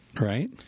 right